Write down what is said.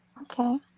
Okay